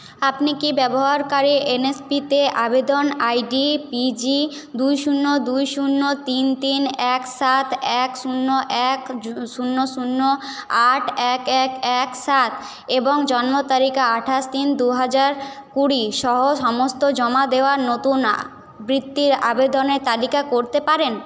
আপনি কি ব্যবহারকারীর এনএসপিতে আবেদন আইডি পি জি দুই শূন্য দুই শূন্য তিন তিন এক সাত এক শূন্য এক শূন্য শূন্য আট এক এক এক সাত এবং জন্ম তারিখ আঠাশ তিন দু হাজার কুড়ি সহ সমস্ত জমা দেওয়া নতুন বৃত্তির আবেদনের তালিকা করতে পারেন